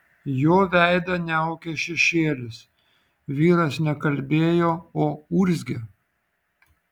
jo veidą niaukė šešėlis vyras ne kalbėjo o urzgė